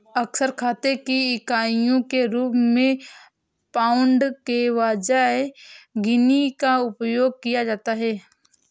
अक्सर खाते की इकाइयों के रूप में पाउंड के बजाय गिनी का उपयोग किया जाता है